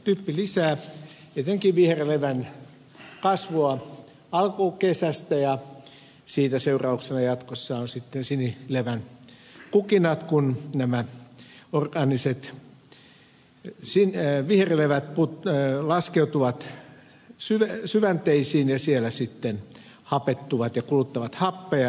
typpi lisää etenkin viherlevän kasvua alkukesästä ja siitä seurauksena jatkossa ovat sitten sinilevän kukinnat kun nämä orgaaniset viherlevät laskeutuvat syvänteisiin ja siellä sitten hapettuvat ja kuluttavat happea